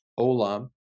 olam